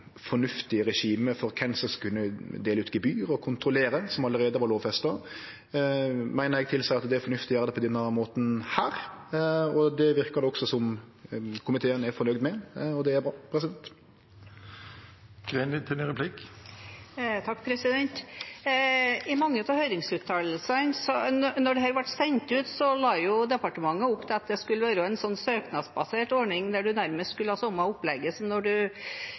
fornuftig regime for kven som skulle dele ut gebyr og kontrollere, som allereie var lovfesta, meiner eg tilseier at det er meir fornuftig å gjere det på denne måten. Det verkar det også som komiteen er fornøgd med, og det er bra. Da dette ble sendt ut, la departementet opp til at det skulle være en søknadsbasert ordning der en nærmest skulle ha samme opplegget som når